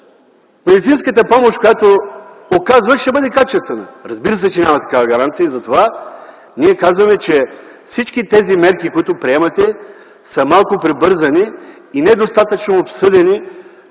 медицинската помощ, която оказваш, ще бъде качествена? Разбира се, че няма такава гаранция и затова ние казваме, че всички тези мерки, които приемате са малко прибързани и недостатъчно обсъдени